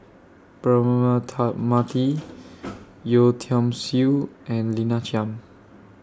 Braema Mathi Yeo Tiam Siew and Lina Chiam